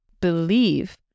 believe